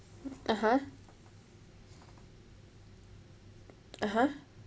(uh huh) (uh huh)